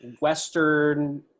Western